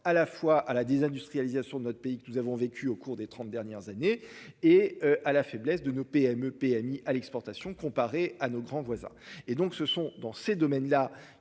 à la fois à la désindustrialisation de notre pays que nous avons vécu au cours des 30 dernières années et à la faiblesse de nos PME/PMI à l'exportation, comparé à nos grands voisins et donc ce sont dans ces domaines-là